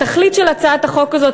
תכלית הצעת החוק הזאת,